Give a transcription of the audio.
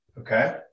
okay